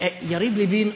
יריב לוין,